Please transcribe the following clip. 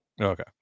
okay